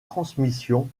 transmission